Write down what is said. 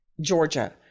Georgia